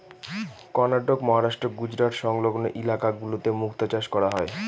কর্ণাটক, মহারাষ্ট্র, গুজরাট সংলগ্ন ইলাকা গুলোতে মুক্তা চাষ করা হয়